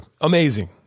amazing